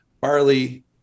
barley